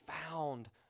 found